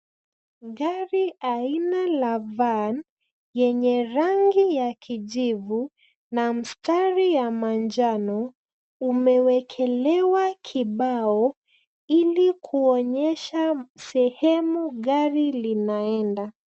Gari aina la van yenye rangi ya kijivu na mstari ya manjano umewekelewa kibao ili kuonyesha sehemu gari linaenda.